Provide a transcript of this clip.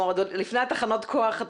עוד לפני תחנות הכוח.